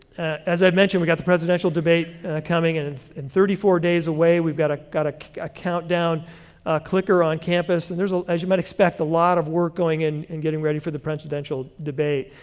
as i've mentioned, we've got the presidential debate coming and and thirty four days away. we've got ah got ah a countdown clicker on campus, and there's a, as you might expect, a lot of work going in and getting ready for the presidential debate.